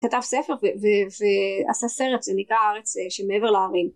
כתב ספר ועשה סרט זה נקרא הארץ שמעבר להרים